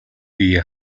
биеэ